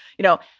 you know,